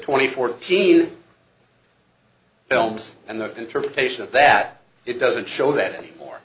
twenty fourteen films and the interpretation of that it doesn't show that any more